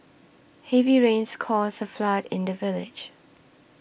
heavy rains caused a flood in the village